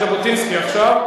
וגם את ז'בוטינסקי עכשיו.